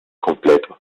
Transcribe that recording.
completo